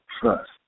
trust